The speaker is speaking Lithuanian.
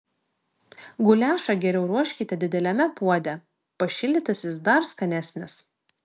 guliašą geriau ruoškite dideliame puode pašildytas jis dar skanesnis